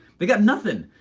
they got nothing,